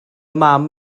mam